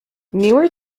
newer